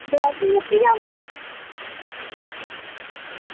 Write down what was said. दपैह्रीं हट्टी होन्ने